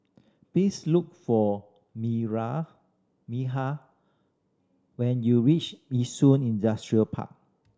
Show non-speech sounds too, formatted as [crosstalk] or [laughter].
please look for Miriah [unintelligible] when you reach Yishun Industrial Park